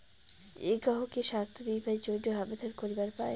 যে কাহো কি স্বাস্থ্য বীমা এর জইন্যে আবেদন করিবার পায়?